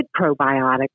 probiotics